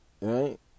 Right